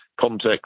context